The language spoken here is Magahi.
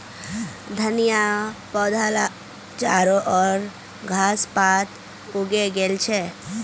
धनिया पौधात चारो ओर घास पात उगे गेल छ